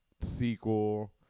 sequel